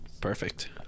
Perfect